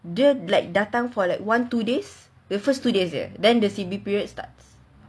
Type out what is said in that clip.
dia datang for like one two days first two days leh then the C_B period starts